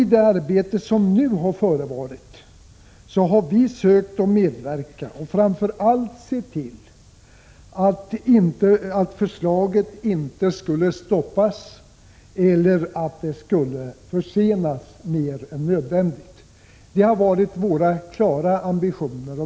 I det arbete som nu har förevarit har vi sökt medverka för att framför allt se till att förslaget inte skulle stoppas eller försenas mer än nödvändigt. Det har varit våra klara ambitioner.